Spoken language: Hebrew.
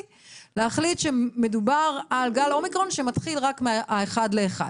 החליטו שגל האומיקרון מתחיל רק מה-1 בינואר.